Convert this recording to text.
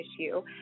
issue